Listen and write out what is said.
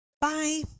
Bye